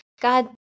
God